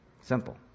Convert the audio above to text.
Simple